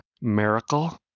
Miracle